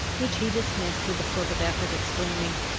which he dismissed with a sort of effort, exclaiming,